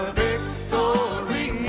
victory